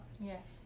Yes